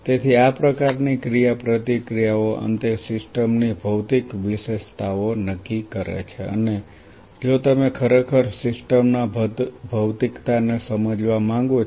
તેથી આ પ્રકારની ક્રિયાપ્રતિક્રિયાઓ અંતે સિસ્ટમ ની ભૌતિક વિશેષતાઓ નક્કી કરે છે અને જો તમે ખરેખર સિસ્ટમના ભૌતિકતાને સમજવા માંગો છો